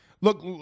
Look